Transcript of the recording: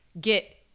get